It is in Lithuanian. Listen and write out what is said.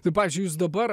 tai pavyzdžiui jūs dabar